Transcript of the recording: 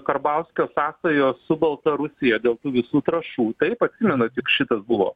karbauskio sąsajos su baltarusija dėl visų trąšų taip atsimenat juk šitas buvo